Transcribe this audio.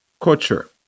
culture